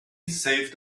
saved